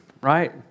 right